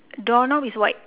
doorknob is white